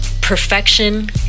perfection